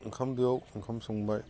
ओंखाम दोआव ओंखाम संबाय